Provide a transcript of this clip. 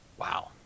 Wow